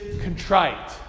contrite